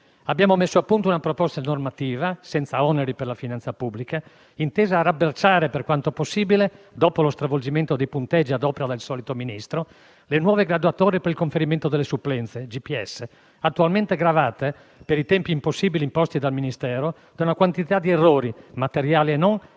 Abbiamo messo a punto una proposta normativa senza oneri per la finanza pubblica, intesa a rabberciare, per quanto possibile, dopo lo stravolgimento dei punteggi ad opera del solito Ministro, le nuove graduatorie provinciali per il conferimento delle supplenze, attualmente aggravate, per i tempi impossibili imposti dal Ministero, da una quantità di errori, materiali e non,